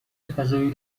فضایی